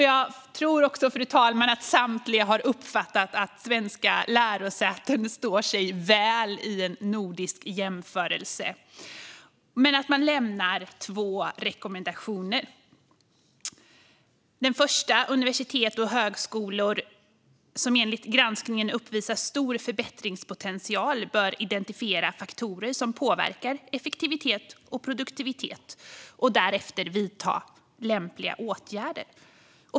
Jag tror också, fru talman, att samtliga har uppfattat att svenska lärosäten står sig väl i nordisk jämförelse men att man lämnar två rekommendationer. För det första bör universitet och högskolor som enligt granskningen uppvisar stor förbättringspotential identifiera faktorer som påverkar effektivitet och produktivitet och därefter vidta lämpliga åtgärder.